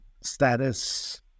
status